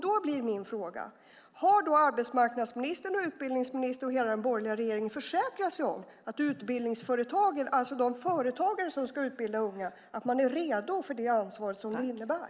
Då blir min fråga: Har arbetsmarknadsministern, utbildningsministern och hela den borgerliga regeringen försäkrat sig om att utbildningsföretagen, det vill säga de företagare som ska utbilda unga, är redo för det ansvar som det innebär?